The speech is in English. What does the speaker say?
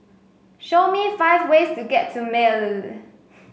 show me five ways to get to Male